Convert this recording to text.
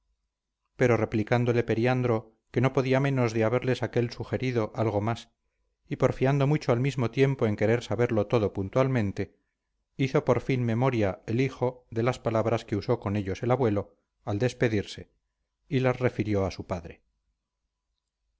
pero replicándole periandro que no podía menos de haberles aquel sugerido algo más y porfiando mucho al mismo tiempo en querer saberlo todo puntualmente hizo por fin memoria el hijo de las palabras que usó con ellos el abuelo al despedirse y las refirió a su padre